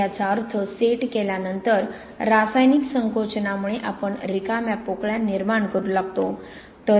याचा अर्थ सेट केल्यानंतर रासायनिक संकोचनामुळे आपण रिकाम्या पोकळ्या निर्माण करू लागतो